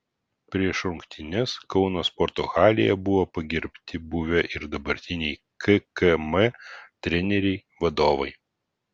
prieš rungtynes kauno sporto halėje buvo pagerbti buvę ir dabartiniai kkm treneriai vadovai